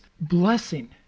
blessing